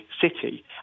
city